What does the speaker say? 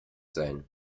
sein